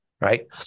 right